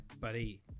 buddy